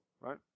right